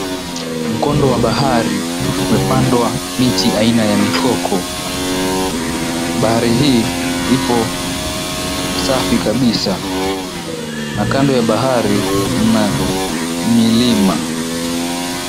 Mkondo wa bahari kumepandwa miti aina ya mikoko, bahari hii ipo safi kabisa na kando ya bahari mna milima.